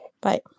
Bye